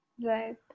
Right